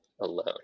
alone